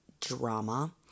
drama